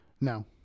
No